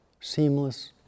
seamless